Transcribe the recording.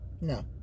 No